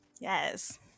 Yes